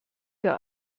der